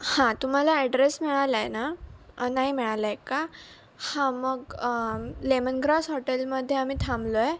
हां तुम्हाला ॲड्रेस मिळाला आहे ना नाही मिळाला आहे का हां मग लेमन ग्रास हॉटेलमध्ये आम्ही थांबलो आहे